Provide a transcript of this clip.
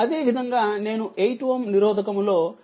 అదేవిధంగా నేను8Ω నిరోధకము లో కరెంట్ 2